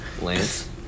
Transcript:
Lance